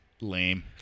Lame